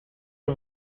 are